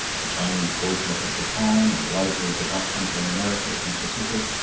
the chinese boycott of japan, and the rivalries of that country and america in the pacific,